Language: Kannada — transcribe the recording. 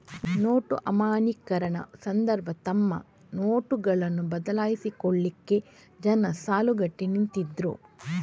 ನೋಟು ಅಮಾನ್ಯೀಕರಣ ಸಂದರ್ಭ ತಮ್ಮ ನೋಟುಗಳನ್ನ ಬದಲಾಯಿಸಿಕೊಳ್ಲಿಕ್ಕೆ ಜನ ಸಾಲುಗಟ್ಟಿ ನಿಂತಿದ್ರು